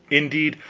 indeed,